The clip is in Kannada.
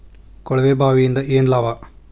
ಕೊಳವೆ ಬಾವಿಯಿಂದ ಏನ್ ಲಾಭಾ?